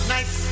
Nice